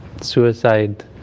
suicide